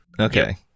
Okay